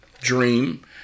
dream